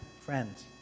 friends